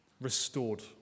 restored